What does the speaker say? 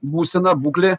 būsena būklė